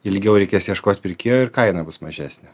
ilgiau reikės ieškot pirkėjo ir kaina bus mažesnė